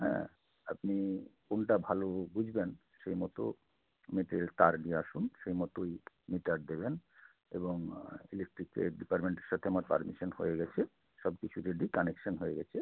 হ্যাঁ আপনি কোনটা ভালো বুঝবেন সেই মতো মেটিরিয়াল তার নিয়ে আসুন সেই মতোই মিটার দেবেন এবং ইলেকট্রিকের ডিপার্টমেন্টের সাথে আমার পারমিশন হয়ে গিয়েছে সব কিছু রেডি কানেকশন হয়ে গিয়েছে